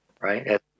right